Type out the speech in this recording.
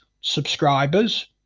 subscribers